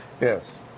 yes